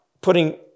putting